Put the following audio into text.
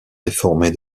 réformée